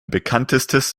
bekanntestes